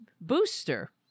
booster